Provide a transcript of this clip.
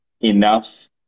enough